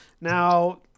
Now